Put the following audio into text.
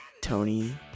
Tony